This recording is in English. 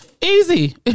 easy